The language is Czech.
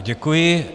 Děkuji.